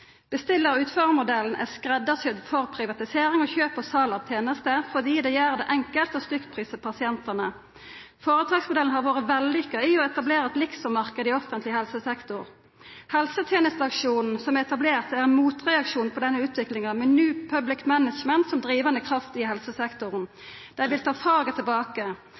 er skreddarsydd for privatisering og kjøp og sal av tenester, fordi det gjer det enkelt å stykkprisa pasientane. Føretaksmodellen har vore vellykka med omsyn til å etablera ein liksom-marknad i offentleg helsesektor. Helsetenesteaksjonen som er etablert, er ein motreaksjon på denne utviklinga, med New Public Management som drivande kraft i helsesektoren. Dei vil ta faget tilbake.